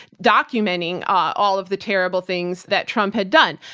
documenting all of the terrible things that trump had done.